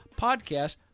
podcast